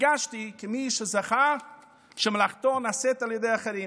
הרגשתי כמי שזכה שמלאכתו נעשית על ידי אחרים.